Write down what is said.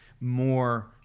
more